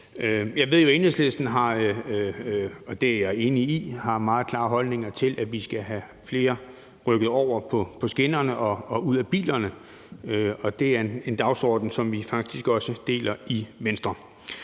det er jeg enig i – har meget klare holdninger til, at vi skal have flere rykket over på skinnerne og ud af bilerne. Det er en dagsorden, som vi faktisk også har i Venstre.